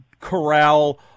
corral